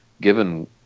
given